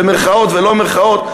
במירכאות ולא במירכאות,